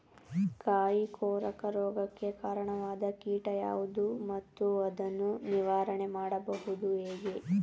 ಕಾಯಿ ಕೊರಕ ರೋಗಕ್ಕೆ ಕಾರಣವಾದ ಕೀಟ ಯಾವುದು ಮತ್ತು ಅದನ್ನು ನಿವಾರಣೆ ಮಾಡುವುದು ಹೇಗೆ?